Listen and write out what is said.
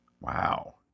Wow